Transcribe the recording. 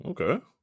okay